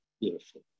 beautiful